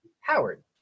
Howard